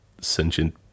sentient